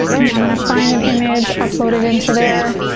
and i'm gonna find an image, upload it into there.